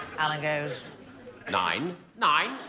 alan goes nine nine